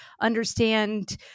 understand